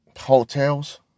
Hotels